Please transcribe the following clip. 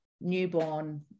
newborn